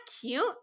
cute